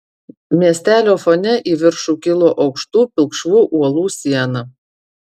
miestelio fone į viršų kilo aukštų pilkšvų uolų siena